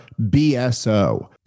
BSO